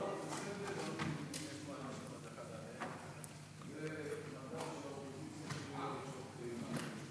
ההצעה לכלול את הנושא בסדר-היום של הכנסת נתקבלה.